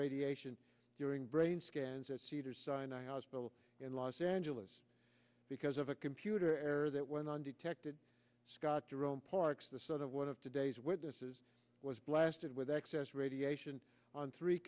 radiation during brain scans at cedars sinai hospital in los angeles because of a computer error that went undetected scott jerome parks the son of one of today's witnesses was blasted with excess radiation on three